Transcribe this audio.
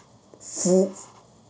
full